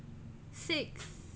six